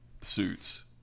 suits